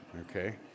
Okay